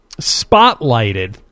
spotlighted